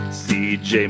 cj